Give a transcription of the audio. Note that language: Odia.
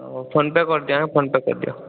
ହଉ ଫୋନପେ କରିଦିଅ ଫୋନପେ କରିଦିଅ